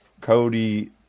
Cody